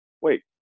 wait